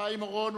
חיים אורון,